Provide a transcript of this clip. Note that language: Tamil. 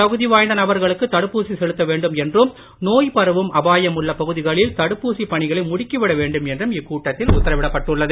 தகுதி வாய்ந்த நபர்களுக்கு தடுப்பூசி செலுத்த வேண்டும் என்றும் நோய் பரவும் அபாயம் உள்ள பகுதிகளில் தடுப்பூசி பணிகளை முடுக்கி விட வேண்டும் என்றும் இக்கூட்டத்தில் உத்தரவிடப்பட்டுள்ளது